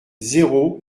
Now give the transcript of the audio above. zéro